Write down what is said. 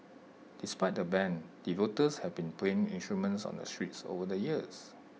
despite the ban devotees have been playing instruments on the streets over the years